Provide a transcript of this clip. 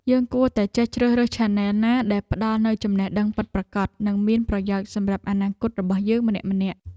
យើងគួរតែចេះជ្រើសរើសឆានែលណាដែលផ្តល់នូវចំណេះដឹងពិតប្រាកដ និងមានប្រយោជន៍សម្រាប់អនាគតរបស់យើងម្នាក់ៗ។